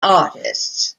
artists